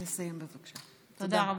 תודה רבה.